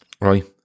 right